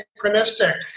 synchronistic